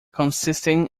consisting